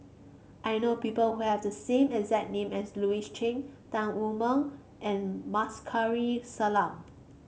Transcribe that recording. I know people who have the same exact name as Louis Chen Tan Wu Meng and Kamsari Salam